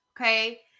okay